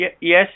Yes